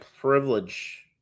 privilege